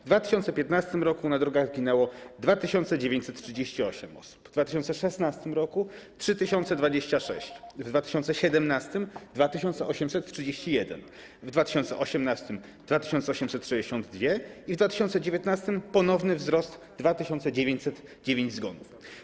W 2015 r. na drogach zginęło 2938 osób, w 2016 r. - 3026, w 2017 r. - 2831, w 2018 r. - 2862 i w 2019 r. - ponowny wzrost - 2909 zgonów.